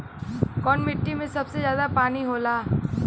कौन मिट्टी मे सबसे ज्यादा पानी होला?